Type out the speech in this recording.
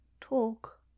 talk